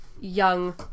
young